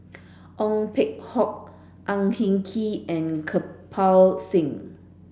Ong Peng Hock Ang Hin Kee and Kirpal Singh